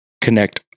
connect